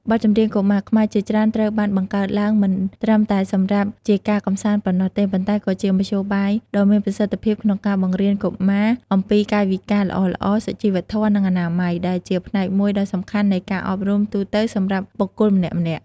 បទចម្រៀងកុមារខ្មែរជាច្រើនត្រូវបានបង្កើតឡើងមិនត្រឹមតែសម្រាប់ជាការកម្សាន្តប៉ុណ្ណោះទេ ប៉ុន្តែក៏ជាមធ្យោបាយដ៏មានប្រសិទ្ធភាពក្នុងការបង្រៀនកុមារអំពីកាយវិការល្អៗ សុជីវធម៌ និងអនាម័យ ដែលជាផ្នែកមួយដ៏សំខាន់នៃការអប់រំទូទៅសម្រាប់បុគ្គលម្នាក់ៗ។